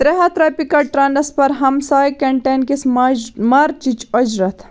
ترٛےٚ ہَتھ رۄپیہِ کَر ٹرٛانسفر ہمساے کنٹین کِس ماج مارچِچ اُجرت